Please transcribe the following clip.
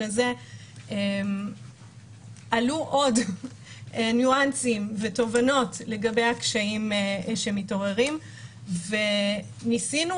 הזה עלו עוד ניואנסים ותובנות לגבי הקשיים שמתעוררים וניסינו